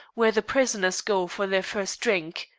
where the prisoners go for their first drink.